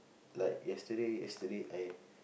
like yesterday yesterday I